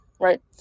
right